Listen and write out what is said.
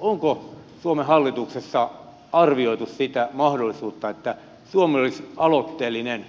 onko suomen hallituksessa arvioitu sitä mahdollisuutta että suomi olisi aloitteellinen